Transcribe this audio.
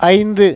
ஐந்து